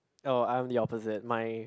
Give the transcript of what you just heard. oh I'm the opposite my